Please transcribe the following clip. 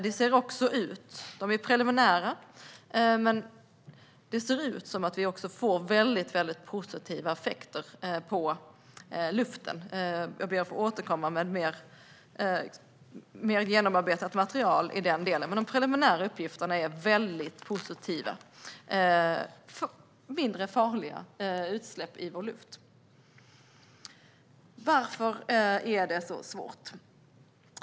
Det är preliminära uppgifter, men det ser ut som att vi också får väldigt positiva effekter i luften. Jag ber att få återkomma med ett mer genomarbetat material i den delen. Men de preliminära uppgifterna är väldigt positiva. Det är mindre farliga utsläpp i vår luft. Varför är det så svårt?